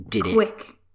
quick